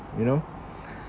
you know